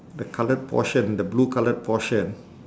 the coloured portion the blue coloured portion